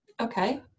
Okay